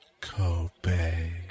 Kobe